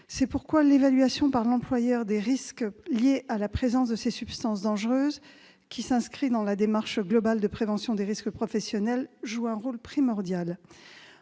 C'est pourquoi l'évaluation par l'employeur des risques liés à la présence de ces substances dangereuses, qui s'inscrit dans la démarche globale de prévention des risques professionnels, joue un rôle primordial.